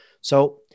So-